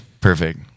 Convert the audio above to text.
perfect